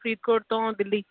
ਫਰੀਦਕੋਟ ਤੋਂ ਦਿੱਲੀ